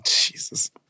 Jesus